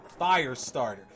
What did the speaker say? Firestarter